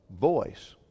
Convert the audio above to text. voice